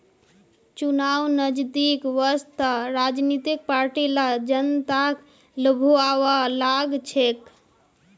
चुनाव नजदीक वस त राजनीतिक पार्टि ला जनताक लुभव्वा लाग छेक